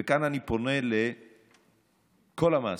וכאן אני פונה לכל המעסיקים: